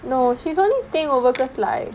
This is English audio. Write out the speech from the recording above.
no she's only staying over because like